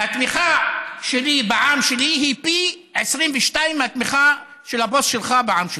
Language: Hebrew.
התמיכה שלי בעם שלי היא פי 22 מהתמיכה של הבוס שלך בעם שלו.